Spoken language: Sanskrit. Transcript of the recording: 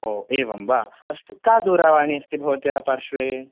ओ एवं वा अस्तु का दूरवाणी अस्ति भवत्याः पार्श्वे